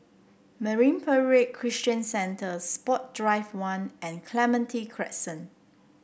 Marine Parade Christian Centre Sport Drive One and Clementi Crescent